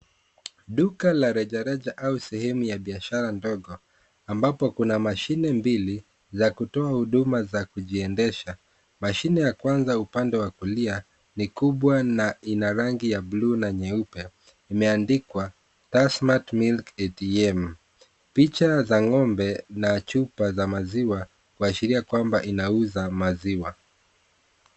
Duka la rejareja au sehemu ya biashara ndogo ambapo kuna mashine mbili za kutoa huduma za kujiendesha. Mashine ya kwanza upande wa kulia ni kubwa na ina rangi ya buluu na nyeupe, imeandikwa Tassmatt Milk ATM picha za ng'ombe na chupa za maziwa kuashiria kwamba inauza maziwa.